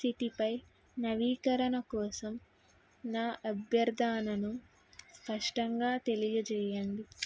సిటీపై నవీకరణ కోసం నా అభ్యర్థనను స్పష్టంగా తెలియజేయండి